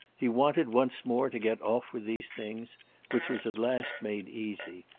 he wanted, once more, to get off with these things which was at last made easy,